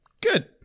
Good